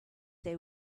they